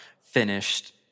finished